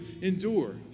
endure